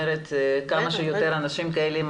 כמה שיותר אנשים כאלה עם